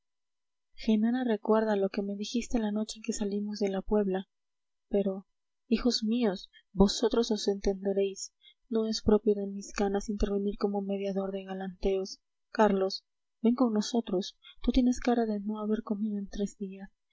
genara recuerda lo que me dijiste la noche en que salimos de la puebla pero hijos míos vosotros os entenderéis no es propio de mis canas intervenir como mediador de galanteos carlos ven con nosotros tú tienes cara de no haber comido en tres días